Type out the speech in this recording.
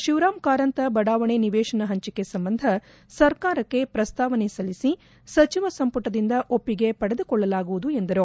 ಶಿವರಾಂ ಕಾರಂತ ಬಡಾವಣೆ ನಿವೇಶನ ಹಂಚಿಕೆ ಸಂಬಂಧ ಸರ್ಕಾರಕ್ಕೆ ಪ್ರಸ್ತಾವನೆ ಸಲ್ಲಿಸಿ ಸಚಿವ ಸಂಪುಟದಿಂದ ಒಪ್ಪಿಗೆ ಪಡೆದುಕೊಳ್ಳಲಾಗುವುದು ಎಂದರು